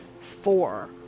four